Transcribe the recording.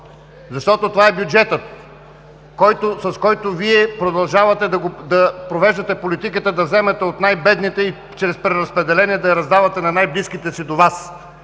Защото това е бюджетът, с който Вие продължавате да провеждате политиката да вземете от най-бедните и чрез преразпределение да я раздавате на най-близките си до Вас.